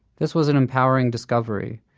this was an empowering discovery.